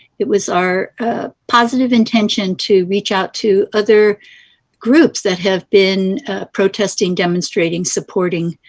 it was our positive intention to reach out to other groups that have been protesting, demonstrating, supporting